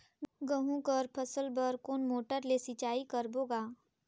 गहूं कर फसल बर कोन मोटर ले सिंचाई करबो गा?